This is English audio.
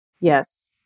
yes